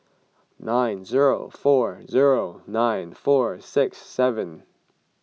nine zero four zero nine four six seven